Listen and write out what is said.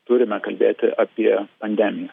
turime kalbėti apie pandemiją